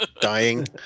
Dying